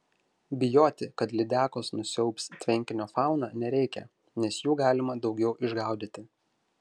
bijoti kad lydekos nusiaubs tvenkinio fauną nereikia nes jų galima daugiau išgaudyti